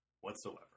Whatsoever